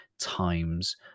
times